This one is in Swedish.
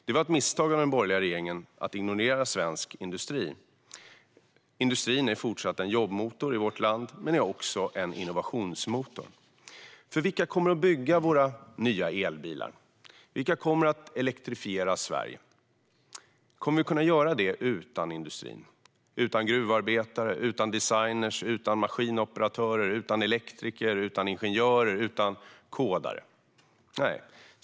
Det var ett misstag av den borgerliga regeringen att ignorera svensk industri. Industrin är fortsatt en jobbmotor i vårt land, men är också en innovationsmotor. Vilka kommer att bygga våra nya elbilar? Vilka kommer att elektrifiera Sverige? Kommer vi att kunna göra det utan industrin, utan gruvarbetare, utan designer, utan maskinoperatörer, utan elektriker, utan ingenjörer och utan kodare? Svaret är nej.